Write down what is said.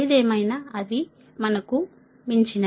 ఏదేమైనా అవి మనకు మించినవి